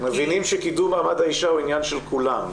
מבינים שקידום מעמד האשה הוא עניין של כולם,